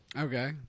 okay